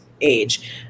age